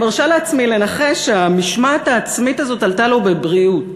אני מרשה לעצמי לנחש שהמשמעת העצמית הזאת עלתה לו בבריאות,